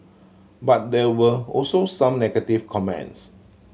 but there were also some negative comments